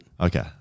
Okay